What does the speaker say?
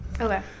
Okay